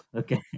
okay